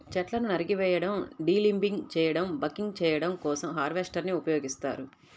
చెట్లను నరికివేయడం, డీలింబింగ్ చేయడం, బకింగ్ చేయడం కోసం హార్వెస్టర్ ని ఉపయోగిస్తారు